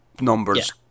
numbers